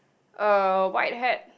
uh white hat